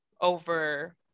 over